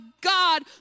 God